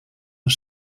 een